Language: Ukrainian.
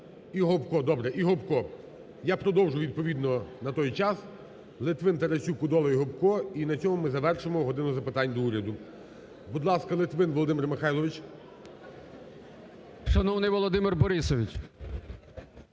І Гопко, добре, і Гопко. Я продовжу відповідно на той час. Литвин, Тарасюк, Кодола і Гопко – і на цьому ми завершимо "годину запитань до Уряду". Будь ласка, Литвин Володимир Михайлович. 10:57:11 ЛИТВИН В.М. Шановний Володимир Борисович!